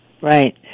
Right